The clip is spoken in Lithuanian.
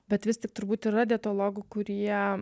bet vis tik turbūt yra dietologų kurie